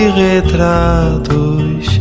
retratos